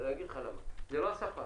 זה לא הספק,